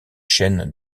chaînes